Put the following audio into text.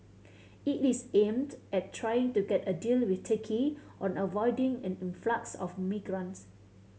it is aimed at trying to get a deal with Turkey on avoiding an influx of migrants